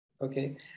Okay